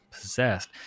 possessed